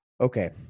Okay